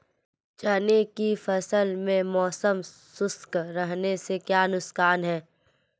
चने की फसल में मौसम शुष्क रहने से क्या नुकसान है?